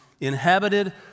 inhabited